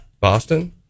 boston